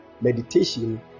Meditation